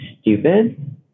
stupid